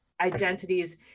identities